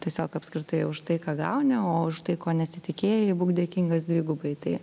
tiesiog apskritai už tai ką gauni o už tai ko nesitikėjai būk dėkingas dvigubai tai